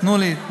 תנו לי.